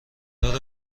دار